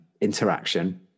interaction –